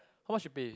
how much you pay